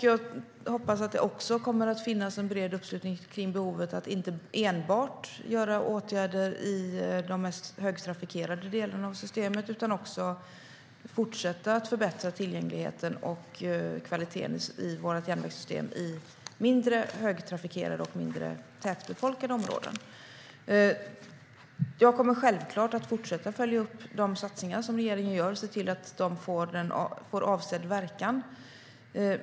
Jag hoppas att det också kommer att finnas en bred uppslutning beträffande behovet av att inte enbart vidta åtgärder i de mest högtrafikerade delarna av systemet, utan också fortsätta att förbättra tillgängligheten och kvaliteten i vårt järnvägssystem i mindre högtrafikerade och mindre tätbefolkade områden. Jag kommer självklart att fortsätta följa upp de satsningar som regeringen gör och se till att de får avsedd verkan.